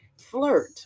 Flirt